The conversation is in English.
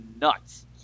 nuts